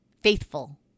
faithful